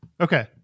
Okay